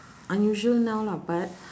unusual now lah but